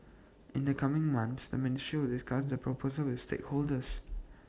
in the coming months the ministry will discuss the proposal with stakeholders